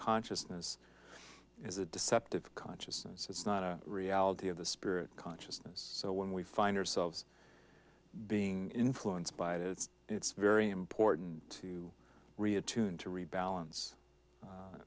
consciousness is a deceptive consciousness it's not a reality of the spirit consciousness so when we find ourselves being influenced by it it's it's very important to read it tune to rebalance